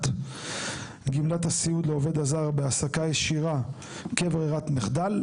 גמלת הסיעוד לעובד הזר בהעסקה ישירה כברירת מחדל.